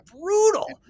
brutal